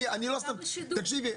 תקשיבי,